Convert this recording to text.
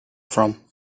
from